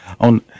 On